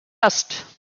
best